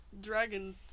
dragon